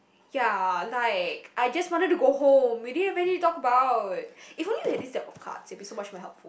ya like I just wanted to go home we didn't have anything to talk about if only we have this deck of cards it'll be so much more helpful